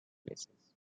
places